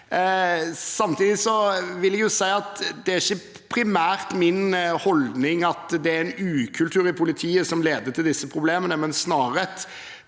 Samtidig vil jeg si at primært er det ikke min holdning at det er ukultur i politiet som leder til disse problemene, det er snarere